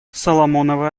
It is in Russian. соломоновы